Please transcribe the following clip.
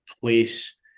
place